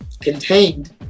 contained